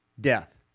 death